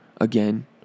again